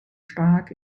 stark